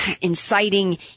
inciting